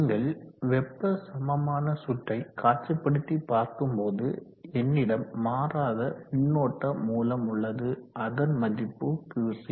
நீங்கள் வெப்ப சமமான சுற்றை காட்சிப்படுத்தி பார்க்கும்போது என்னிடம் மாறாத மின்னோட்ட மூலம் உள்ளது அதன் மதிப்பு QC